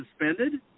suspended